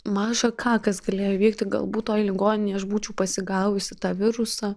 maža ką kas galėjo įvykti galbūt toj ligoninėj aš būčiau pasigavusi tą virusą